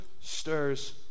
stirs